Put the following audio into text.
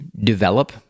develop